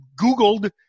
googled